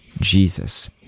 Jesus